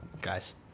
guys